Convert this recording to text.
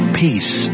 peace